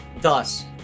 thus